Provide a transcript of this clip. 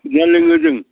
दै लोङो जों